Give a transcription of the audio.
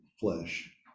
flesh